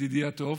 ידידי הטוב,